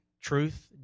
truth